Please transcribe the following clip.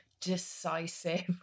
decisive